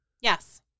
Yes